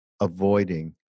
avoiding